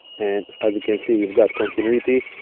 and as you can see you have got continuity.